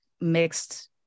mixed